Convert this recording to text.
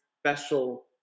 special